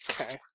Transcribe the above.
Okay